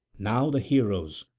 now the heroes,